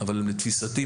לתפיסתי,